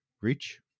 rich